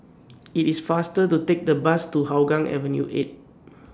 IT IS faster to Take The Bus to Hougang Avenue eight